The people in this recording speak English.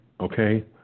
okay